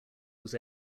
was